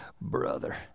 Brother